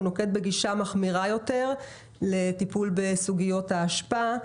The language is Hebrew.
הוא נוקט בגישה מחמירה יותר לטיפול בסוגיות האשפה.